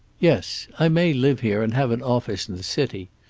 yes. i may live here, and have an office in the city.